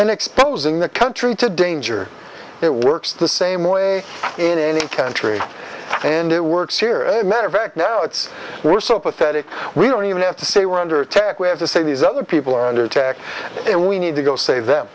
and exposing the country to danger it works the same way in any country and it works here as a matter of fact now it's so pathetic we don't even have to say we're under attack we have to say these other people are under attack and we need to go save them